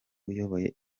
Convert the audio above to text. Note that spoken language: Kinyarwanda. uyoboye